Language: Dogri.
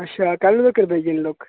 अच्छा कदूं तक्कर पेई जानी लुक्क